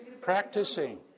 Practicing